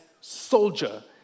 soldier